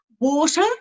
water